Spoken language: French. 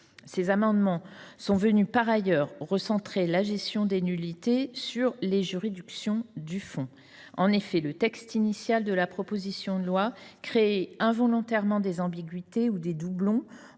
Ces amendements sont venus, par ailleurs, recentrer la gestion des nullités sur les juridictions du fond. En effet, le texte initial de la proposition de loi créait involontairement des ambiguïtés ou des doublons